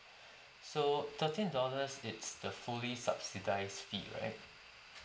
so thirteen dollars it's the fully subsidised fee right